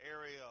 area